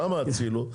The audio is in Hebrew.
למה הצילו?